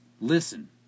listen